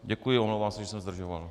Děkuji, omlouvám se, že jsem zdržoval.